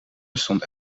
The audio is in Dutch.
bestond